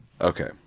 Okay